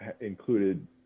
included